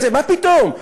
מה פתאום?